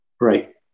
Right